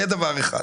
זה דבר אחד.